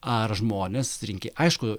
ar žmonės rinkėj aišku